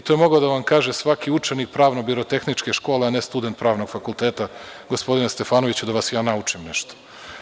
To je mogao da vam kaže svaki učenik pravno-birotehničke škole, a ne student pravnog fakulteta, gospodine Stefanoviću da vas ja naučim nešto.